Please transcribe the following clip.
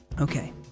Okay